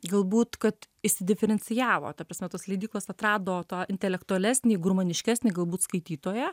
galbūt kad išsidiferencijavo ta prasme tos leidyklos atrado tą intelektualesnį gurmaniškesnį galbūt skaitytoją